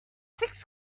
six